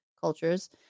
cultures